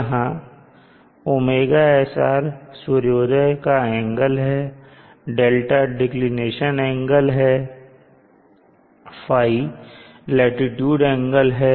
यहां ωSR सूर्योदय का एंगल है 𝛿 डिक्लिनेशन एंगल है ϕ लाटीट्यूड एंगल है